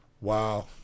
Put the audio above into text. Wow